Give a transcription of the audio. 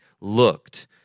looked